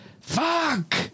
Fuck